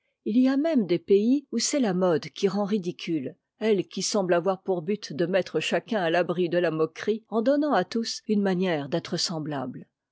il y a même des pays où c'est la mode qui rend ridicule elle qui semble avoir pour but de mettre chacun à l'abri de la moquerie en donnant à tous une manière d'être semblable